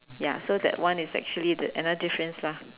ya so that one is actually is another difference lah